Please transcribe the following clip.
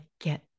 get